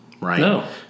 right